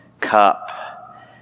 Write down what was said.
cup